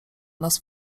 nas